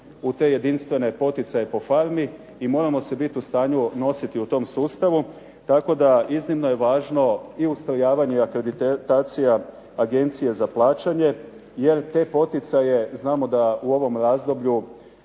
u te jedinstvene poticaje po farmi i moramo se bit u stanju nositi u tom sustavu. Tako da iznimno je važno i ustrojavanje i akreditacija Agencije za plaćanje jer te poticaje znamo da u ovom razdoblju